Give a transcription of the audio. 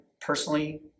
personally